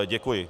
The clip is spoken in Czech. Děkuji.